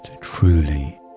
truly